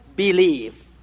Believe